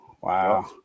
Wow